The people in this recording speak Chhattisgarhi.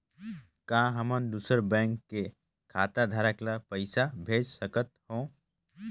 का हमन दूसर बैंक के खाताधरक ल पइसा भेज सकथ हों?